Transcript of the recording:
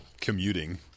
commuting